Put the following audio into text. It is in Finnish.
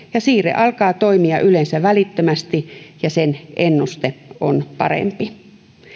siirre alkaa toimia yleensä välittömästi ja sen ennuste on parempi